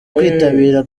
kwitabira